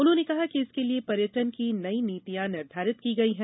उन्होंने कहा कि इसके लिए पर्यटन की नई नीतियां निर्धारित की गई है